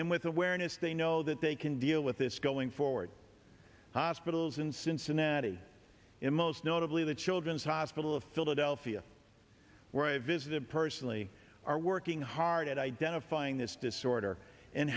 and with awareness they know that they can deal with this going forward hospitals in cincinnati in most notably the children's hospital of philadelphia where i visited personally are working hard at identifying this disorder and